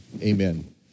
amen